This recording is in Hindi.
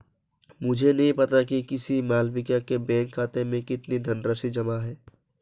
मुझे नही पता कि किसी मालविका के बैंक खाते में कितनी धनराशि जमा है